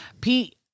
Pete